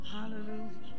Hallelujah